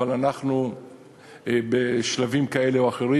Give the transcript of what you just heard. אבל אנחנו בשלבים כאלה או אחרים.